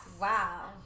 Wow